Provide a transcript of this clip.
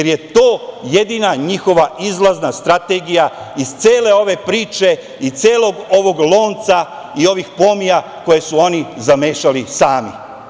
To je jedina njihova izlazna strategija iz cele ove priče i celog ovog lonca i ovih pomija koji su oni zamešali sami.